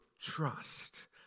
trust